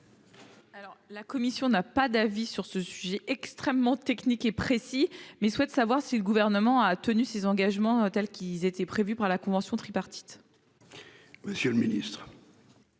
La commission n'a pas d'avis sur ce sujet extrêmement technique et précis, mais souhaite savoir si le Gouvernement a tenu ses engagements, tels qu'ils étaient prévus par la convention tripartite. Quel est